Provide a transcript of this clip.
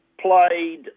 played